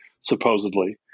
supposedly